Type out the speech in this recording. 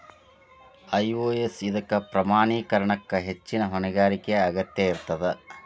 IOS ಇದಕ್ಕ ಪ್ರಮಾಣೇಕರಣಕ್ಕ ಹೆಚ್ಚಿನ್ ಹೊಣೆಗಾರಿಕೆಯ ಅಗತ್ಯ ಇರ್ತದ